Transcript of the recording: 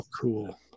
cool